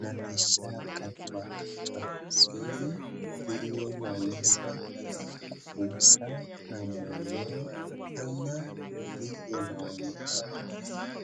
na zishakatwakatwa vizuri ili waweze kuuza na mwenyewe ama hii inaonyesha